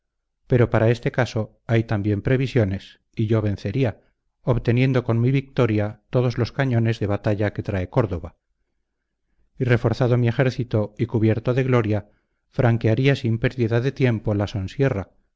pero para este caso hay también previsiones y yo vencería obteniendo con mi victoria todos los cañones de batalla que trae córdoba y reforzado mi ejército y cubierto de gloria franquearía sin pérdida de tiempo la sonsierra